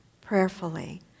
prayerfully